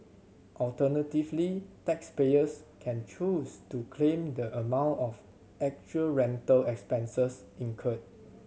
alternatively taxpayers can choose to claim the amount of actual rental expenses incurred